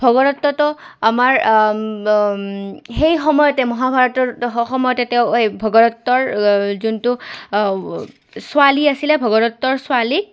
ভগদত্ততো আমাৰ সেই সময়তে মহাভাৰতৰ সময়তে তেওঁ এই ভগদত্তৰ যোনটো ছোৱালী আছিলে ভগদত্তৰ ছোৱালীক